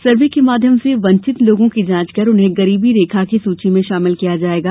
सर्वे के माध्यम से वंचित लोगों की जांच कर उन्हें गरीबी रेखा की सूची में शामिल किया जायेगा